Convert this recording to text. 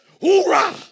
Hoorah